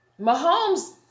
Mahomes